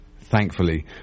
thankfully